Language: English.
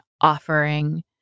offering